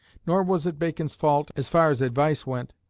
nor was it bacon's fault, as far as advice went,